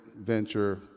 venture